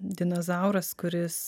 dinozauras kuris